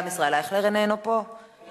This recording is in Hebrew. גם ישראל אייכלר איננו במליאה.